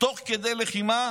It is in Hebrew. תוך כדי לחימה?